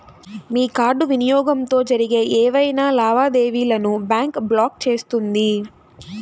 మీ card వినియోగంతో జరిగే ఏవైనా లావాదేవీలను బ్యాంక్ బ్లాక్ చేస్తుంది